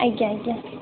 ଆଜ୍ଞା ଆଜ୍ଞା